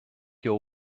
your